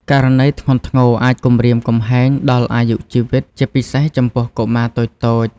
ករណីធ្ងន់ធ្ងរអាចគំរាមកំហែងដល់អាយុជីវិត ជាពិសេសចំពោះកុមារតូចៗ។